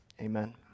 amen